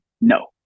No